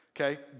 okay